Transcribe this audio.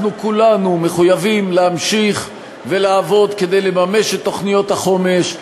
אנחנו כולנו מחויבים להמשיך ולעבוד כדי לממש את תוכניות החומש,